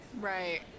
Right